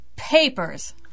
Papers